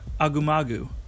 Agumagu